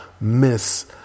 miss